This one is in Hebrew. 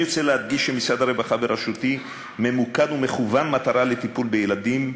אני רוצה להדגיש שמשרד הרווחה בראשותי ממוקד ומכוון מטרה לטיפול בילדים,